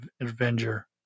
avenger